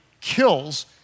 kills